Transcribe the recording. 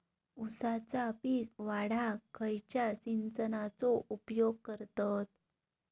ऊसाचा पीक वाढाक खयच्या सिंचनाचो उपयोग करतत?